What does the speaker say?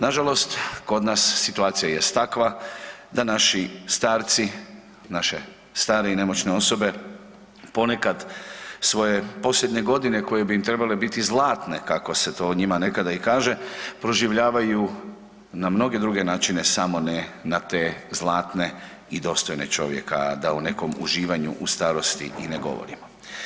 Nažalost, kod nas situacija jest takva da naši starci, naše stare i nemoćne osobe ponekad svoje posljednje godine koje bi im trebale biti zlatne, kako se to o njima nekada i kaže, proživljavaju na mnoge druge načine samo ne na te zlatne i dostojne čovjeka, da o nekom uživanju u starosti i ne govorimo.